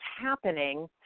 happening